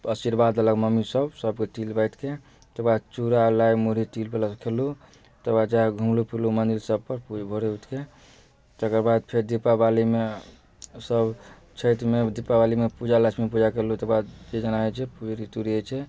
आशीर्वाद देलक मम्मीसभ सभके तिल बाँटिके तकर बाद चूड़ा लाइ मुरही तिलके लड्डू खेलहुँ तकर बाद जाकऽ घुमलहुँ फिरलहुँ मन्दिरसब भोरे भोरे उठिके तकर बाद फेर दीपावलीमे सभ छठिमे दीपावलीमे पूजा लक्ष्मी पूजा केलहुँ तकर बाद जे जेना होइ छै पूड़ी तूड़ी होइ छै